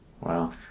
Wow